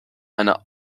einer